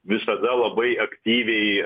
visada labai aktyviai